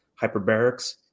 Hyperbarics